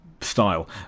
style